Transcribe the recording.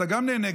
גם נהנה,